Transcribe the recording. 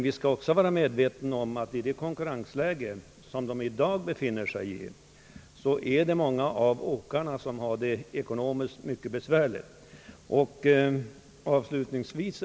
Vi skall emellertid vara medvetna om att många av åkarna i det konkurrensläge som de i dag befinner sig har det ekonomiskt mycket besvärligt.